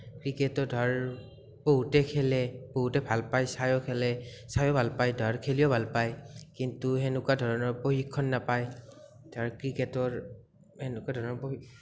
ক্ৰিকেটো ধৰ বহুতে খেলে বহুতে ভাল পায় চাইও খেলে চাইও ভাল পায় ধৰ খেলিও ভাল পায় কিন্তু সেনেকুৱা ধৰণৰ প্ৰশিক্ষণ নাপায় ধৰ ক্ৰিকেটৰ সেনেকুৱা ধৰণৰ